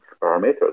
parameters